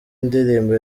ndirimbo